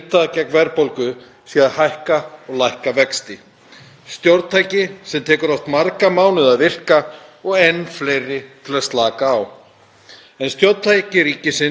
En stjórntæki ríkisins, sér í lagi í litlu landi eins og Íslandi, eru margfalt fleiri og það er kominn tími til að horfa á fleiri þætti til að hafa áhrif á hagkerfið;